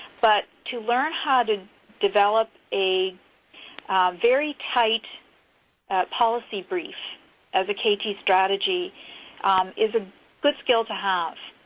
but to learn how to develop a very tight policy brief as a kt strategy is a good skill to have.